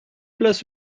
place